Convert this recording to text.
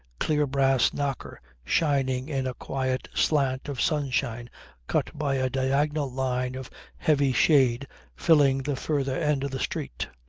clear-brass knocker shining in a quiet slant of sunshine cut by a diagonal line of heavy shade filling the further end of the street.